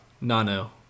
Nano